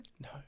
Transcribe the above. No